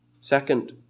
Second